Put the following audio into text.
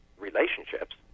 relationships